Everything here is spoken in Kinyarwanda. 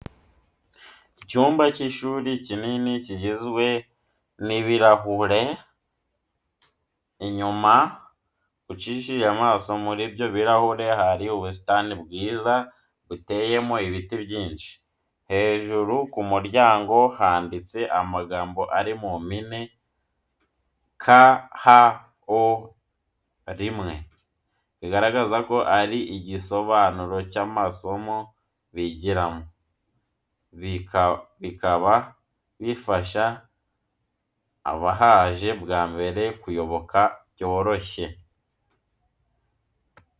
Icyumba cy'ishuri kinini kigizwe n'ibirahure. Inyuma ucishije amaso muri ibyo birahure hari ubusitani bwiza buteyemo ibiti byinshi, hejuru ku muryango handitse amagambo ari mu mpine KHO1 bigaragara ko ari igisobanuro cy'amasomo bigiramo, bikaba bifasha abahaje bwa mbere kuyoboka byoroshye.